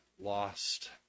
lost